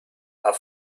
are